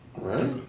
Right